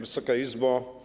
Wysoka Izbo!